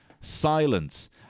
Silence